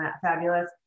fabulous